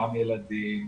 גם ילדים,